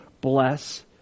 bless